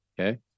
Okay